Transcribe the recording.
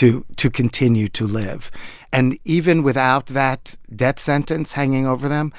to to continue to live and even without that death sentence hanging over them,